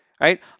Right